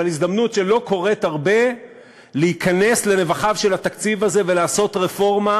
אבל הזדמנות שלא קורית הרבה להיכנס לנבכיו של התקציב הזה ולעשות רפורמה,